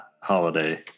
holiday